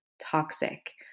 toxic